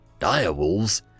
direwolves